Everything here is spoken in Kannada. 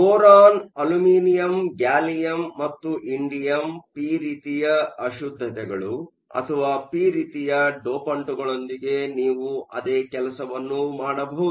ಬೋರಾನ್ ಅಲ್ಯೂಮಿನಿಯಂ ಗ್ಯಾಲಿಯಂ ಮತ್ತು ಇಂಡಿಯಮ್ ಪಿ ರೀತಿಯ ಅಶುದ್ದತೆಗಳು ಅಥವಾ ಪಿ ರೀತಿಯ ಡೋಪಂಟ್ಗಳೊಂದಿಗೆ ನೀವು ಅದೇ ಕೆಲಸವನ್ನು ಮಾಡಬಹುದು